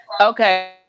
Okay